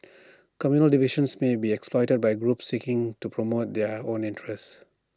communal divisions may be exploited by groups seeking to promote their own interests